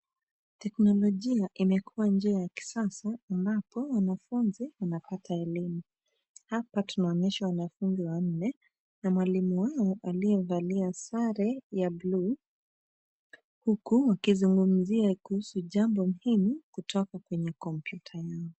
Teknolojia imekua njia ya kisasa ambapo wanafunzi wanapata elimu. Hapa tunaonyeshwa wanafunzi wanne na mwalimu wao aliyevalia sare ya blue , huku akizumgumzia kuhusu jambo muhimu kutoka kwenye kompyuta hii.